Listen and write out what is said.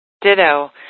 Ditto